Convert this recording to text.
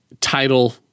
title